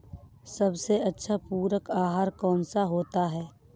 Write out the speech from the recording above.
सबसे अच्छा पूरक आहार कौन सा होता है?